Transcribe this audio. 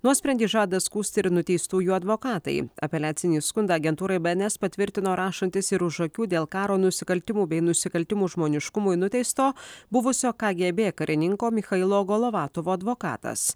nuosprendį žada skųsti ir nuteistųjų advokatai apeliacinį skundą agentūrai bns patvirtino rašantis ir už akių dėl karo nusikaltimų bei nusikaltimų žmoniškumui nuteisto buvusio kgb karininko michailo golovatovo advokatas